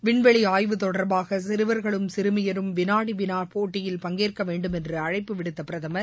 விண்வெளி ஆய்வு தொடர்பாக சிறுவர்களும் சிறமியரும் வினாடி வினா போட்டியில் பங்கேறக வேண்டும்என்று அழைப்பு விடுத்த பிரதமர்